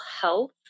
health